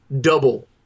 double